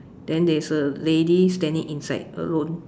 then there's a lady standing inside alone